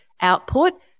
output